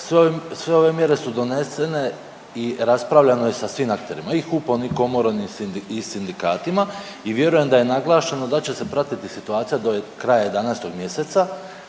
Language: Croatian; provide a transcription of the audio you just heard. sve ove mjere su donesene i raspravljamo je sa svim akterima, i HUP-om i Komorom i sindikatima i vjerujem da je naglašeno da će se pratiti situacija do kraja 11. mj., tad